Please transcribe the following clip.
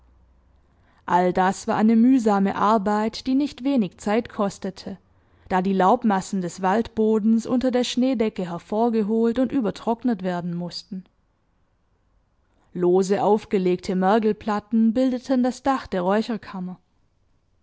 all das war eine mühsame arbeit die nicht wenig zeit kostete da die laubmassen des waldbodens unter der schneedecke hervorgeholt und übertrocknet werden mußten lose aufgelegte mergelplatten bildeten das dach der